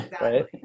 right